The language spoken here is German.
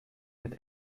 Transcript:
mit